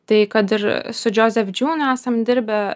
tai kad ir su joseph june esam dirbę